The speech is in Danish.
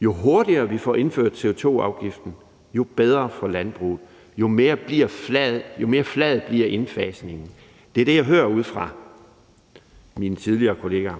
Jo hurtigere vi får indført CO2-afgiften, jo bedre for landbruget og jo mere flad bliver indfasningen. Det er det, jeg hører ude fra mine tidligere kollegaer.